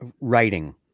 writing